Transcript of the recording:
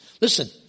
Listen